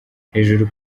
hejuru